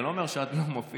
זה לא אומר שאת לא מופיעה.